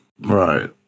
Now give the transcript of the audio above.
right